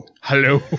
Hello